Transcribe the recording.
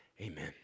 Amen